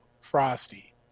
Frosty